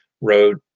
wrote